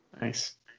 Nice